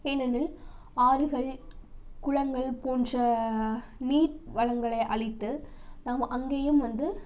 ஏனெனில் ஆறுகள் குளங்கள் போன்ற நீர் வளங்களை அழித்து நாம் அங்கேயும் வந்து